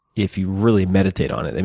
if you really meditate on it, and